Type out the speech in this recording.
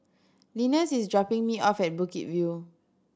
Linus is dropping me off at Bukit View